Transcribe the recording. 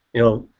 you know?